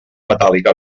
metàl·lica